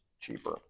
cheaper